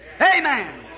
Amen